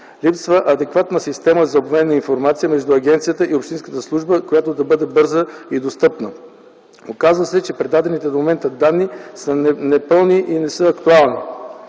Липсва адекватна система за обмен на информация между агенцията и общинската служба, която да бъде бърза и достъпна. Оказва се, че предадените данни са непълни и не са актуални.